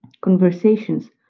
conversations